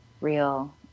real